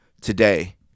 today